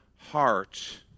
heart